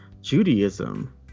Judaism